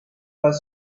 was